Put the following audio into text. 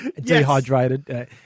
dehydrated